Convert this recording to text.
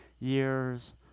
years